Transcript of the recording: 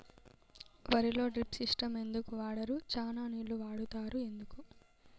వరిలో drip system ఎందుకు వాడరు? చానా నీళ్లు వాడుతారు ఎందుకు?